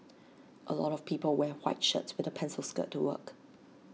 A lot of people wear white shirts with A pencil skirt to work